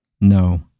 No